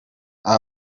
aba